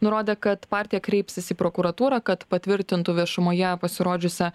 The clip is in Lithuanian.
nurodė kad partija kreipsis į prokuratūrą kad patvirtintų viešumoje pasirodžiusią